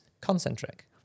concentric